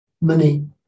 Money